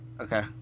Okay